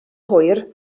hwyr